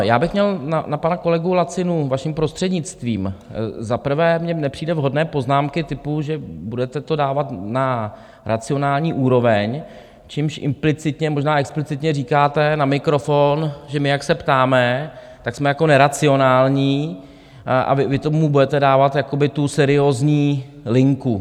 Já bych měl na pana kolegu Lacinu, vaším prostřednictvím za prvé mi nepřijdou vhodné poznámky typu, že budete to dávat na racionální úroveň, čímž implicitně, možná explicitně říkáte na mikrofon, že my, jak se ptáme, tak jsme jako neracionální a vy tomu budete dávat jakoby tu seriózní linku.